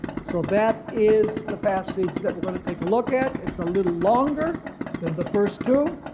so that is the passage that we're going to take a look at. it's a little longer than the first two,